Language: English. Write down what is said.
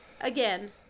again